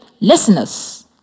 listeners